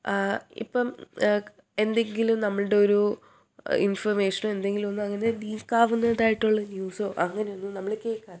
ഇപ്പം എന്തെങ്കിലും നമ്മളുടെ ഒരു ഇൻഫർമേഷനോ എന്തെങ്കിലും ഒന്ന് അങ്ങനെ ലീക്കാവുന്നതായിട്ടുള്ള ന്യൂസോ അങ്ങനെയൊന്നും നമ്മൾ കേൾക്കാറില്ല